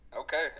Okay